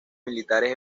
militares